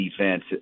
defense